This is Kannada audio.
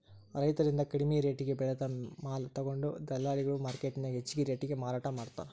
ರೈತರಿಂದ ಕಡಿಮಿ ರೆಟೇಗೆ ಬೆಳೆದ ಮಾಲ ತೊಗೊಂಡು ದಲ್ಲಾಳಿಗಳು ಮಾರ್ಕೆಟ್ನ್ಯಾಗ ಹೆಚ್ಚಿಗಿ ರೇಟಿಗೆ ಮಾರಾಟ ಮಾಡ್ತಾರ